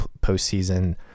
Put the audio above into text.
postseason